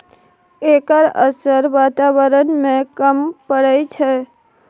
एकर असर बाताबरण में कम परय छै